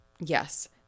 Yes